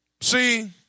See